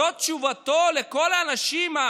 זאת תשובתו לכל האנשים,